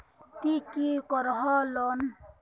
ती की करोहो लोन?